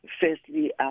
Firstly